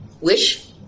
wish